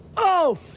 oh,